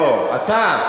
לא, אתה.